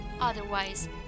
Otherwise